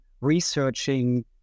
researching